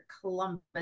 Columbus